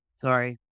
Sorry